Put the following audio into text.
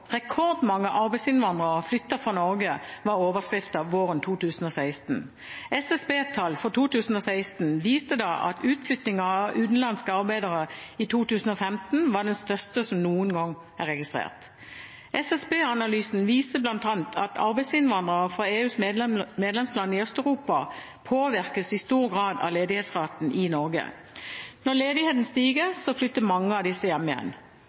Rekordmange arbeidsinnvandrere flytter fra Norge, var overskriften våren 2016. SSB-tall for 2016 viste at utflyttingen av utenlandske arbeidere i 2015 var den største som noen gang var registrert. SSB-analysen viser bl.a. at arbeidsinnvandrere fra EUs medlemsland i Øst-Europa i stor grad påvirkes av ledighetsraten i Norge. Når ledigheten stiger, flytter mange av disse hjem igjen.